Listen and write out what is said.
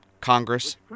Congress